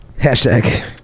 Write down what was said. hashtag